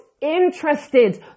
interested